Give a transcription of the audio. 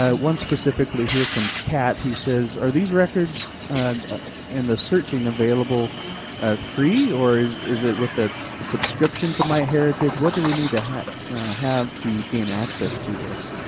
ah one specifically here from cat who says, are these records and the searching available ah free, or is is it with a subscription to myheritage? what do we need to have have to gain access to this?